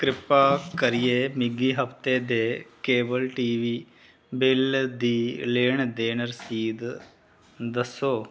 कृपा करियै मिगी हफ्ते दे केबल टी वी बिल दी लेन देन रसीद दस्सो